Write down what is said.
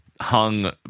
hung